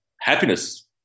happiness